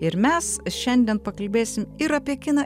ir mes šiandien pakalbėsim ir apie kiną